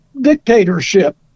dictatorship